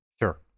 Sure